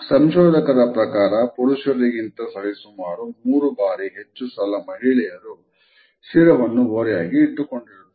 ಸಂಶೋಧಕರ ಪ್ರಕಾರ ಪುರುಷರಿಗಿಂತ ಸರಿಸುಮಾರು 3 ಬಾರಿ ಹೆಚ್ಚು ಸಲ ಮಹಿಳೆಯರು ಶಿರವನ್ನು ಓರೆಯಾಗಿ ಇಟ್ಟುಕೊಂಡಿರುತ್ತಾರೆ